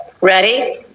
Ready